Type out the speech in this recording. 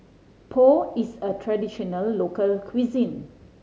pho is a traditional local cuisine